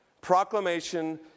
proclamation